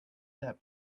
that